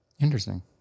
Interesting